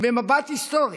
במבט היסטורי,